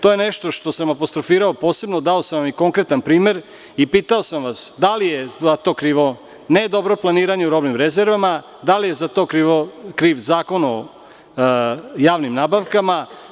To je nešto što sam apostrofirao posebno, dao sam vam i konkretan primer i pitao sam vas da li je za to krivo ne dobro planiranje u robnim rezervama, da li je za to kriv Zakon o javnim nabavkama?